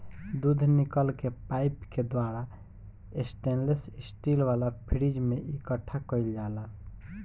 दूध निकल के पाइप के द्वारा स्टेनलेस स्टील वाला फ्रिज में इकठ्ठा कईल जाला